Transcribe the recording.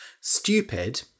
Stupid